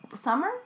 Summer